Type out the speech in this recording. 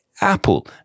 Apple